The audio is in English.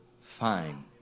fine